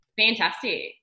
Fantastic